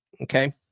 Okay